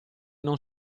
non